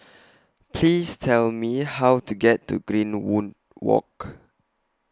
Please Tell Me How to get to Greenwood Walk